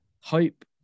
hope